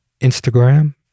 Instagram